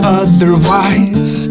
otherwise